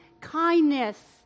kindness